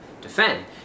defend